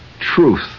truth